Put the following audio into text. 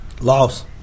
Loss